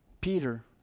Peter